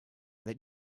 that